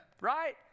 right